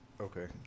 Okay